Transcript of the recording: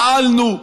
פעלנו,